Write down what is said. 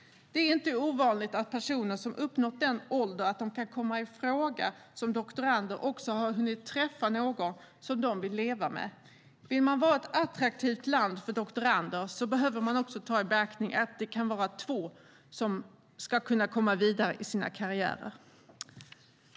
Det är inte ovanligt att personer som uppnått den ålder att de kan komma i fråga som doktorander också har hunnit träffa någon som de vill leva med. Vill man vara ett attraktivt land för doktorander behöver man också ta i beaktande att det kan vara två som ska kunna komma vidare i sina karriärer.